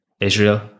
Israel